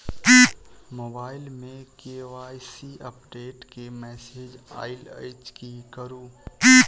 Mobile मे KYC update केँ message आइल अछि की करू?